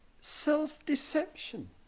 self-deception